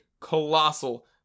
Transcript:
colossal